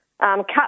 cut